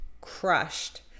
crushed